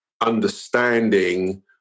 understanding